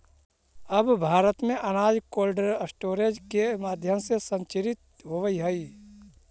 अब भारत में अनाज कोल्डस्टोरेज के माध्यम से संरक्षित होवऽ हइ